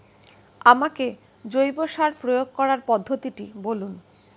আমাকে জৈব সার প্রয়োগ করার পদ্ধতিটি বলুন?